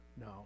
no